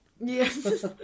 Yes